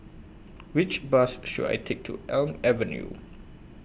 Which Bus should I Take to Elm Avenue